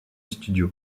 studio